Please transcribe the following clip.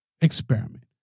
experiment